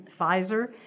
Pfizer